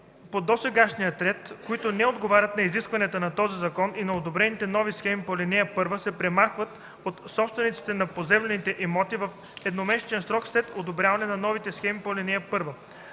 по досегашния ред, които не отговарят на изискванията на този закон и на одобрените нови схеми по ал. 1, се премахват от собствениците на поземлените имоти в едномесечен срок след одобряване на новите схеми по ал. 1.